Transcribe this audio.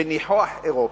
בניחוח אירופי,